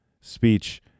speech